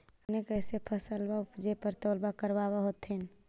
अपने कैसे फसलबा उपजे पर तौलबा करबा होत्थिन?